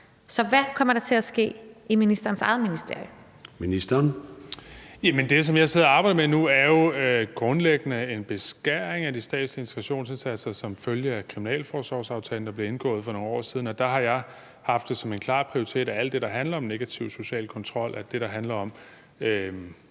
Dybvad Bek): Det, som jeg sidder og arbejder med nu, er jo grundlæggende en beskæring af de statslige integrationsindsatser som følge af kriminalforsorgsaftalen, der blev indgået for nogle år siden. Der har jeg haft det som en klar prioritet, at alt det, der handler om negativ social kontrol, og alt det, der handler om